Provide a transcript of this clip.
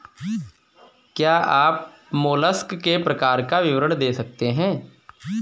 क्या आप मोलस्क के प्रकार का विवरण दे सकते हैं?